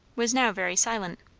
was now very silent.